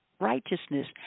righteousness